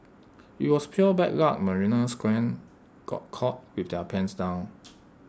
IT was pure bad luck marina square got caught with their pants down